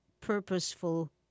purposeful